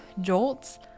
jolts